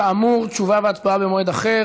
כאמור, תשובה והצבעה במועד אחר.